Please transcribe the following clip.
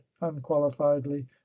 unqualifiedly